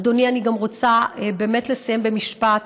אדוני, אני גם רוצה באמת לסיים במשפט